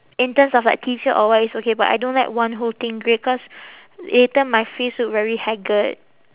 in terms of like T shirt or what it's okay but I don't like one whole thing grey cause later my face look very hagged